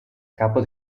capo